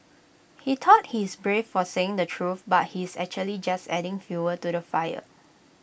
he thought he's brave for saying the truth but he's actually just adding fuel to the fire